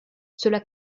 cela